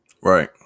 Right